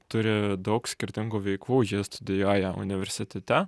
turi daug skirtingų veiklų ji studijuoja universitete